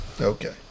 Okay